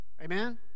Amen